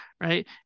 right